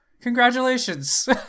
Congratulations